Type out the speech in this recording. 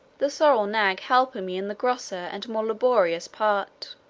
the sorrel nag helping me in the grosser and more laborious part.